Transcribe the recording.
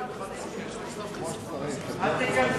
חברים,